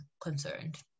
concerned